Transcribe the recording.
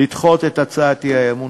לדחות את הצעת האי-אמון.